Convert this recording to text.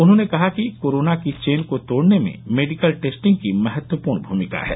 उन्होंने कहा कि कोरोना की चेन को तोड़ने में मेडिकल टेस्टिंग की महत्वपूर्ण भूमिका है